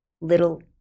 little